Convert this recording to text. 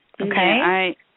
Okay